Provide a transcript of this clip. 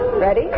Ready